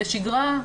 בשגרה,